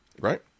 right